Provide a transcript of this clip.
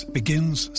begins